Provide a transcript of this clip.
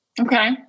Okay